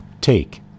Take